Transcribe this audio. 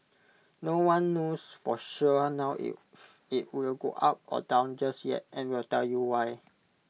no one knows for sure now if IT will go up or down just yet and we'll tell you why